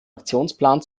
aktionsplan